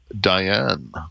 Diane